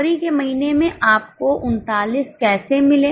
फरवरी के महीने में आपको 39 कैसे मिले